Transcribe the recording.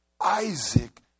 Isaac